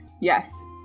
Yes